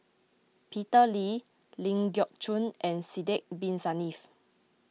Peter Lee Ling Geok Choon and Sidek Bin Saniff